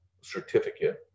certificate